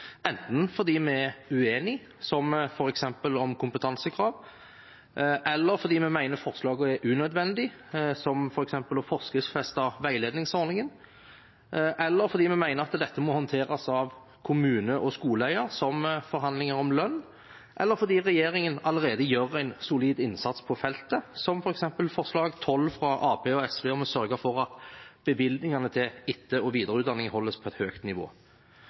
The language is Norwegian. enten fordi vi er uenige, som f.eks. om kompetansekrav, eller fordi vi mener at forslagene er unødvendige, som f.eks. å forskriftsfeste veiledningsordningen, eller fordi vi mener at dette må håndteres av kommune- og skoleeier, som forhandlinger om lønn, eller fordi regjeringen allerede gjør en solid innsats på feltet, som f.eks. forslag nr. 12, fra Arbeiderpartiet og SV om å sørge for at bevilgningene til etter- og videreutdanning holdes på et høyt nivå.